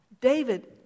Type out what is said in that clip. David